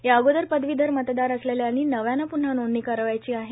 या अगोदर पदवीधर मतदार असलेल्यांनी ही नव्यानं पुन्हा नोंदणी करावयाचीच आहे